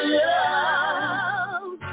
love